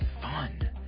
fun